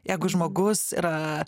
jeigu žmogus yra